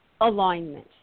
alignment